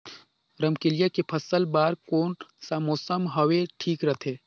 रमकेलिया के फसल बार कोन सा मौसम हवे ठीक रथे?